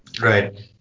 right